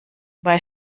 bei